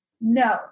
no